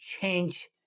change